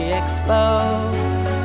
exposed